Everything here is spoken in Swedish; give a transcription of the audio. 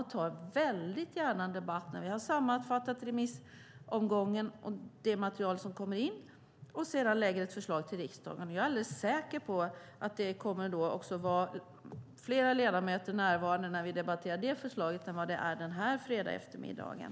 Jag tar väldigt gärna en debatt när vi har sammanfattat remissomgången och det material som kommit in och sedan lagt fram ett förslag till riksdagen. Jag är alldeles säker på att det kommer att vara fler ledamöter närvarande när vi debatterar det förslaget än vad det är den här fredagseftermiddagen.